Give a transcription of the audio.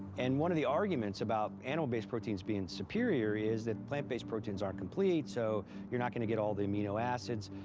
and one of the arguments about animal based proteins being superior is that plant based proteins aren't complete, so you're not gonna get all the amino acids.